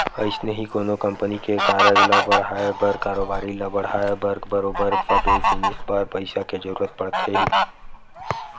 अइसने ही कोनो कंपनी के कारज ल बड़हाय बर कारोबारी ल बड़हाय बर बरोबर सबे जिनिस बर पइसा के जरुरत पड़थे ही